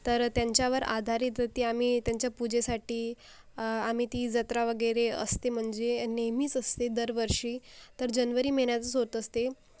तर त्यांच्यावर आधारित ती आम्ही त्यांच्या पूजेसाठी आम्ही ती जत्रा वगैरे असते म्हणजे नेहमीच असते दर वर्षी तर जनवरी महिन्यातच होत असते